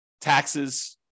taxes